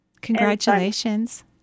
congratulations